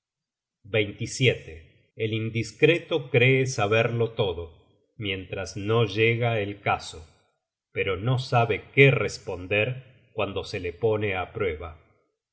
at el indiscreto cree saberlo todo mientras no llega el caso pero no sabe qué responder cuando se le pone a prueba